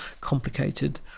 complicated